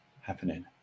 happening